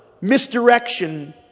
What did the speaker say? misdirection